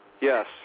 Yes